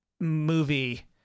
movie